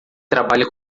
trabalha